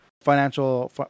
financial